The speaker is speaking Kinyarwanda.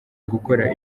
gukora